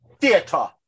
theater